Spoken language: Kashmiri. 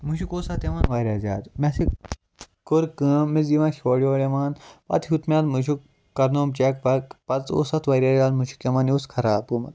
مُشک اوس اتھ یِوان واریاہ زیادٕ مےٚ سِی کوٚر کٲم مےٚ زِی یہِ مہَ چھِ ہورٕ یورٕ یِوان پَتہٕ ہیٚوت مےٚ اَتھ مُشک کَرنووُم چٮ۪ک پَک پَتہٕ اوس اتھ واریاہ زیادٕ مُشک یِوان یہِ اوس خَراب گوٚمُت